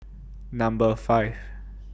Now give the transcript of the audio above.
Number five